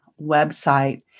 website